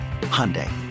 Hyundai